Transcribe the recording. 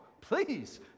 please